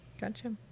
Gotcha